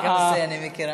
גם את זה אני מכירה.